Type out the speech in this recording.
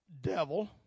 devil